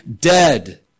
Dead